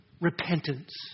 repentance